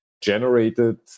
generated